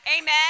Amen